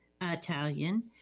Italian